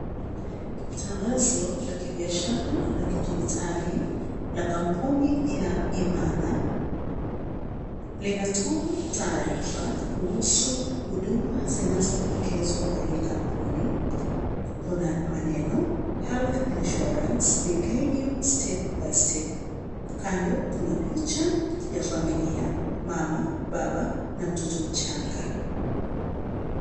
Tangazo la kibiashara la kitigitali la kambuni ya Imana linatoa taarifa kuhusu huduma zinazo, pokezwa na hii kampuni kuna maneno; Health insuarance we guide you step by step kando kuna picha ya familia; mama, baba, na mtoto mchanga.